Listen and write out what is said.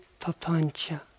papancha